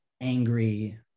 angry